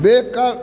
बेकक